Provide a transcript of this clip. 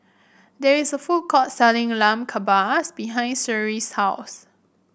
there is a food court selling Lamb Kebabs behind Sherrill's house